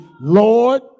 Lord